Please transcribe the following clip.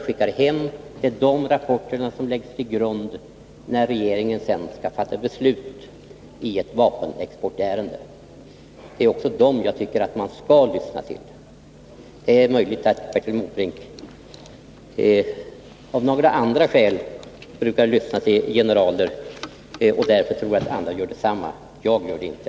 Det är dessa rapporter som ligger till grund för regeringens beslut i vapenexportärenden. Det är dessa ambassadörer som jag tycker att man också skall lyssna till. Det är möjligt att Bertil Måbrink med de skäl han kan ha för det brukar lyssna till generaler och därför tror att andra gör detsamma. Men jag gör det inte.